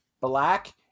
Black